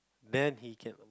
then he can